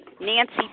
Nancy